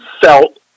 felt